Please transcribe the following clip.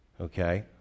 okay